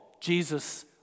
Jesus